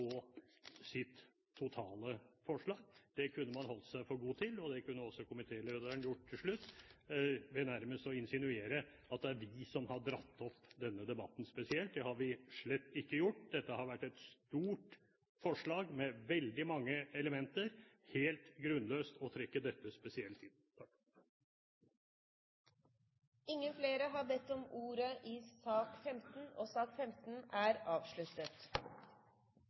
sitt totale forslag. Det kunne man holdt seg for god til. Det kunne også komitélederen gjort. Til slutt nærmest insinuerte han at det er vi som har dratt opp denne debatten spesielt. Det har vi slett ikke gjort. Dette har vært et stort forslag med veldig mange elementer – helt grunnløst å trekke dette spesielt inn. Flere har ikke bedt om ordet til sak nr. 15. Etter ønske fra næringskomiteen vil presidenten foreslå at taletiden begrenses til 40 minutter og